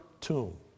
tomb